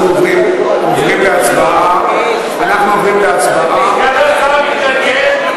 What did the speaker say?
אנחנו עוברים להצבעה, סגן השר מתנגד,